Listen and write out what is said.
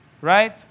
right